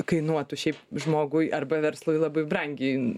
kainuotų šiaip žmogui arba verslui labai brangiai